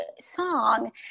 song